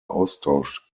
austausch